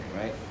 right